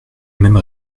même